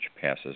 passes